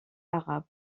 arabes